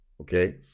okay